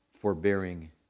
forbearing